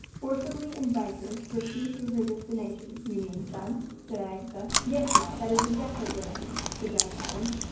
forcibly invite her to proceed to her destination you mean, son, said agatha. yes, ma, that is exactly what i mean, said young adam.